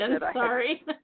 sorry